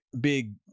big